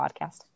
podcast